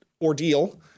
ordeal